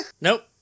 Nope